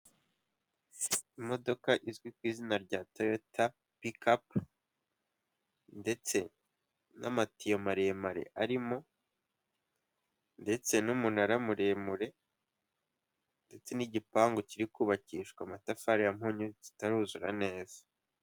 Imodoka izwi ku izina rya toyota pikatu, ndetse n'amatiyo maremare arimo, ndetse n'umunara muremure, ndetse n'igipangu kiri kubakishwa amatafari ya mpunyu, kitaruzura neza.